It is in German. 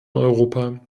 europa